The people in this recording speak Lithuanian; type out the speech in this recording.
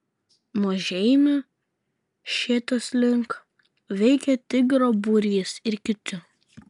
nuo žeimių šėtos link veikė tigro būrys ir kiti